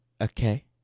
okay